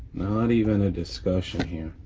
not even a discussion here.